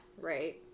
Right